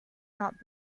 not